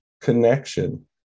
connection